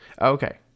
Okay